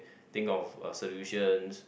think of solutions